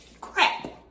crap